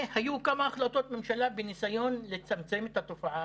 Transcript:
והיו כמה החלטות ממשלה בניסיון לצמצם את התופעה,